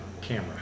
camera